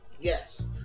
Yes